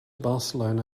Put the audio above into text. barcelona